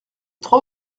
trois